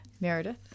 Meredith